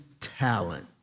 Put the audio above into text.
talent